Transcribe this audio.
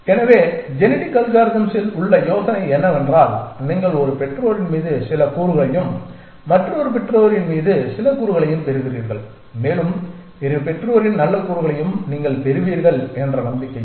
எனவே ஜெனடிக் அல்காரிதம்ஸில் உள்ள யோசனை என்னவென்றால் நீங்கள் ஒரு பெற்றோரின் மீது சில கூறுகளையும் மற்றொரு பெற்றோரின் மீது சில கூறுகளையும் பெறுகிறீர்கள் மேலும் இரு பெற்றோரின் நல்ல கூறுகளையும் நீங்கள் பெறுவீர்கள் என்ற நம்பிக்கையில்